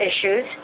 issues